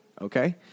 okay